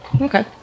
Okay